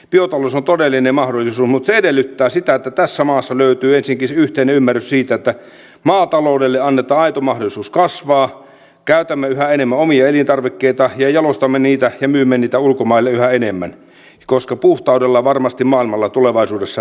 biotalous on todellinen mahdollisuus mutta se edellyttää sitä että tässä maassa löytyy ensinnäkin yhteinen ymmärrys siitä että maataloudelle annetaan aito mahdollisuus kasvaa käytämme yhä enemmän omia elintarvikkeita ja jalostamme niitä ja myymme niitä ulkomaille yhä enemmän koska puhtaudella varmasti maailmalla tulevaisuudessa pärjää